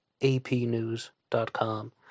APNews.com